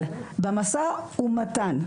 אבל במשא ומתן,